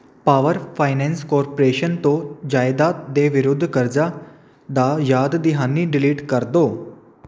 power Finance Corporation ਤੋਂ ਜਾਇਦਾਦ ਦੇ ਵਿਰੁੱਧ ਕਰਜ਼ਾ ਦਾ ਯਾਦ ਦਿਹਾਨੀ ਡਿਲੀਟ ਕਰ ਦਿਓ